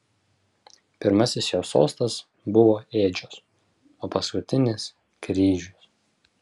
pirmasis jo sostas buvo ėdžios o paskutinis kryžius